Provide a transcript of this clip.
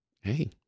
Hey